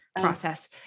process